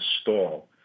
stall